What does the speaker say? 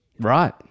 Right